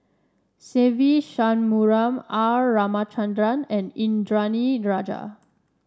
Se Ve Shanmugam R Ramachandran and Indranee Rajah